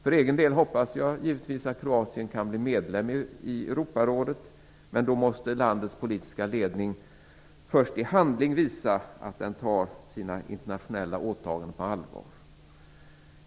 För egen del hoppas jag givetvis att Kroatien kan bli medlem i Europarådet, men då måste landets politiska ledning först i handling visa att den tar sina internationella åtaganden på allvar.